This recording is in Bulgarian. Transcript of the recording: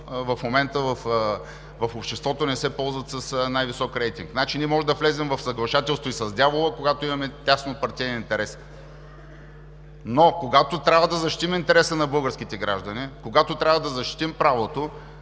в момента не се ползват с най-висок рейтинг в обществото. Ние можем да влезем в съглашателство и с дявола, когато имаме тясно партиен интерес, но когато трябва да защитим интереса на българските граждани, когато трябва да защитим правото,